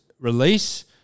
release